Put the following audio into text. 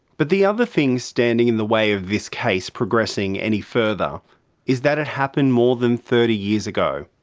but the other thing standing in the way of this case progressing any further is that it happened more than thirty years ago.